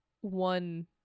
one